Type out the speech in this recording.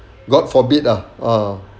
god forbid ah ah